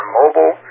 mobile